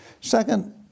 Second